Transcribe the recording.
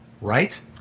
right